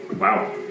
Wow